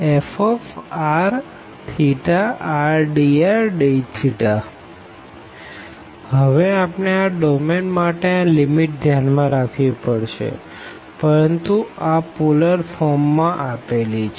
હેવે આપણે આ ડોમેન માટે આ લીમીટ ધ્યાન માં રાખવી પડશેપરંતુ આ પોલર ફોર્મ માં આપેલી છે